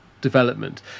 development